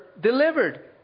delivered